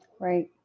Right